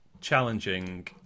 challenging